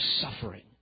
suffering